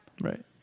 Right